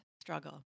struggle